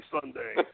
Sunday